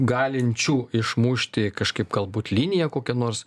galinčių išmušti kažkaip galbūt liniją kokią nors